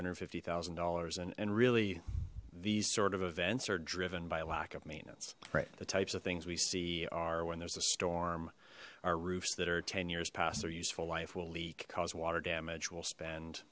hundred fifty thousand dollars and and really these sort of events are driven by lack of maintenance right the types of things we see are when there's a storm our roofs that are ten years past their useful life will leak caused water damage will spend